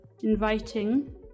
inviting